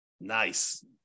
Nice